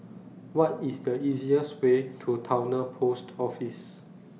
What IS The easiest Way to Towner Post Office